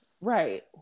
right